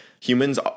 Humans